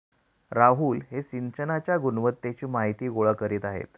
राहुल हे सिंचनाच्या गुणवत्तेची माहिती गोळा करीत आहेत